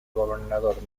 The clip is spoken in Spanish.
gobernador